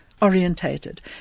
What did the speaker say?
Orientated